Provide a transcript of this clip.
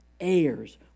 Heirs